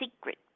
secret